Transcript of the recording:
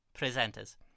presenters